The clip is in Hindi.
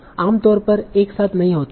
आम तौर पर एक साथ नहीं होते हैं